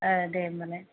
औ दे होमबालाय